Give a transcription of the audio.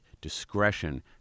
discretion